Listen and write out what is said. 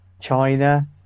china